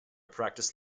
practiced